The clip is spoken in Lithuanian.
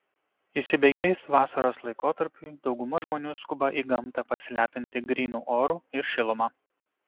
įsibėgėjus vasaros laikotarpiui dauguma žmonių skuba į gamtą pasilepinti grynu oru ir šiluma